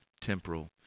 temporal